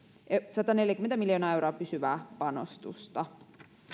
sataneljäkymmentä miljoonaa euroa pysyvää panostusta